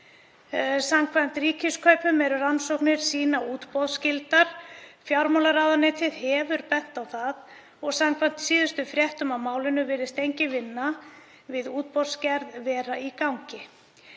Samkvæmt Ríkiskaupum eru rannsóknir sýna útboðsskyldar. Fjármálaráðuneytið hefur bent á það og samkvæmt síðustu fréttum af málinu virðist engin vinna við útboðsgerð vera í gangi.